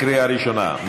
בקריאה ראשונה.